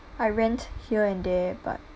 I rant here and there but